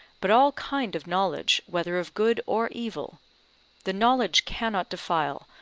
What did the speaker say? but all kind of knowledge whether of good or evil the knowledge cannot defile,